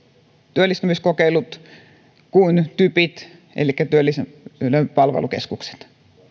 työllistämiskokeilut kuin typit elikkä työvoiman palvelukeskukset